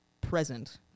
present